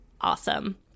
awesome